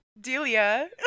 Delia